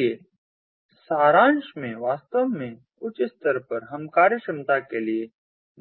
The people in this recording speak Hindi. इसलिए सारांश में वास्तव में उच्च स्तर पर हम कार्यक्षमता के लिए